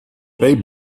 they